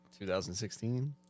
2016